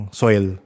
soil